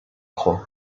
croix